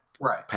Right